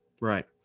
Right